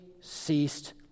ceased